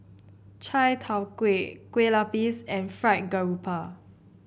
Chai Tow Kuay Kueh Lapis and Fried Garoupa